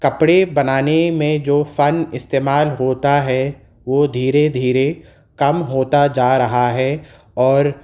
کپڑے بنانے میں جو فن استعمال ہوتا ہے وہ دھیرے دھیرے کم ہوتا جا رہا ہے اور